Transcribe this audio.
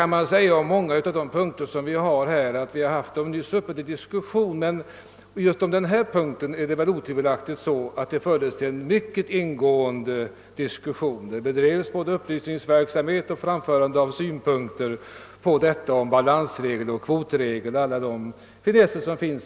Man kan naturligtvis säga om många frågor att vi nyss har diskuterat dem, men just denna fråga var verkligen föremål för en mycket ingående diskussion; det bedrevs upplysningsverksamhet och farmfördes synpunkter på balansregeln och kvotregeln och dessa reglers verkan.